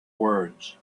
words